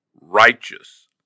righteous